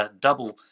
double